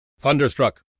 Thunderstruck